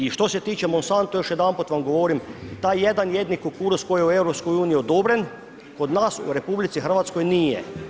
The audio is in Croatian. I što se tiče Monsanta još jedanput vam govorim, taj jedan jedini kukuruz koji je u EU odobren, kod nas u RH nije.